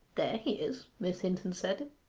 there he is miss hinton said,